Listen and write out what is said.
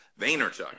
Vaynerchuk